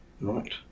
Right